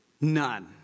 None